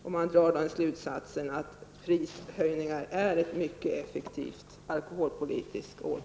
Därav drar man slutsatsen att prishöjningar är en mycket effektiv alkoholpolitisk åtgärd.